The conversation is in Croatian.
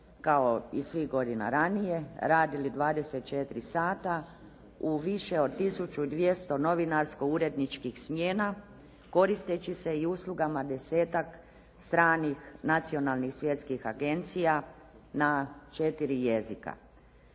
kao i svih godina ranije radili 24 sata u više od tisuću 200 novinarsko uredničkih smjena koristeći i uslugama desetak stranih nacionalnih svjetskih agencija na četiri jezika.